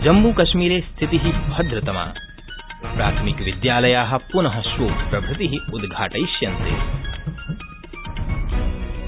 जम्मूकश्मीर स्थिति भ्रदतमा प्राथमिकविद्यालया प्न श्वो प्रभृति उद्घाटयिष्यन्ते